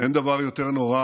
אין דבר יותר נורא